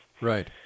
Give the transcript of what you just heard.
Right